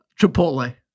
Chipotle